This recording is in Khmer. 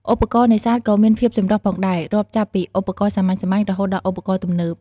ឧបករណ៍នេសាទក៏មានភាពចម្រុះផងដែរ រាប់ចាប់ពីឧបករណ៍សាមញ្ញៗ រហូតដល់ឧបករណ៍ទំនើប។